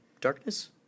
darkness